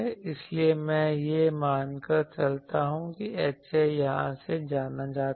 इसलिए मैं यह मान कर चलता हूं कि HA यहाँ से जाना जाता है